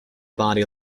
body